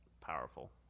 Powerful